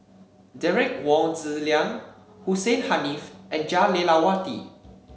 Derek Wong Zi Liang Hussein Haniff and Jah Lelawati